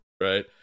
right